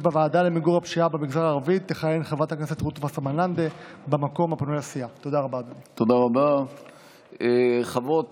בוועדה המיוחדת לעניין נגיף הקורונה החדש תכהן חברת